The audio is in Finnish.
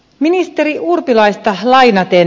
ministeri urpilaista lainaten